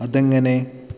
അതെങ്ങനെ